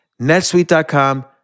netsuite.com